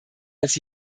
als